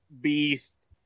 beast